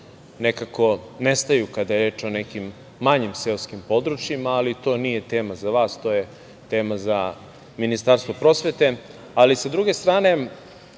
nekako nestaju kada je reč o nekim manjim seoskim područjima, ali to nije tema za vas. To je tema za Ministarstvo prosvete. Sa druge strane,